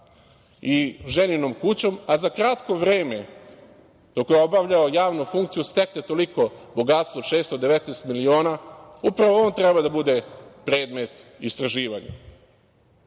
i ženinom kućom, a za kratko vreme, dok je obavljao javnu funkciju, stekne toliko bogatstvo od 619 miliona, upravo on treba da bude predmet